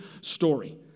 story